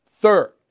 Third